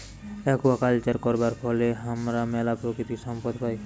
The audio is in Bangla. আকুয়াকালচার করবার ফলে হামরা ম্যালা প্রাকৃতিক সম্পদ পাই